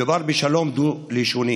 מדובר בשלום דו-לשוני